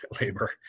labor